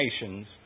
nations